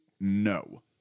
no